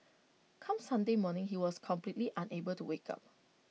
come Sunday morning he was completely unable to wake up